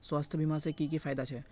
स्वास्थ्य बीमा से की की फायदा छे?